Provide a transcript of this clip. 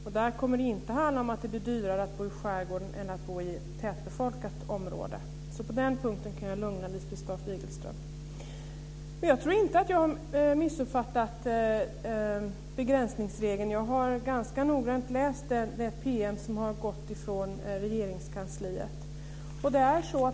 Med en kommunal fastighetsavgift kommer det inte att bli dyrare att bo i skärgården än att bo i ett tätbefolkat område. Så på den punkten kan jag lugna Lisbeth Staaf Jag tror inte att jag har missuppfattat begränsningsregeln. Jag har noggrant läst den PM som har utgått från Regeringskansliet.